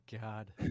God